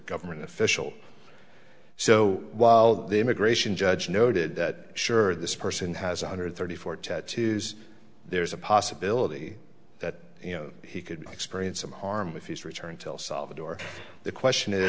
government official so while the immigration judge noted that sure this person has one hundred thirty four tattoos there's a possibility that you know he could experience some harm with his return till solved or the question is